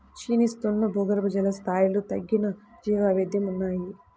క్షీణిస్తున్న భూగర్భజల స్థాయిలు తగ్గిన జీవవైవిధ్యం ఉన్నాయి